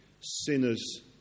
sinners